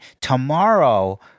tomorrow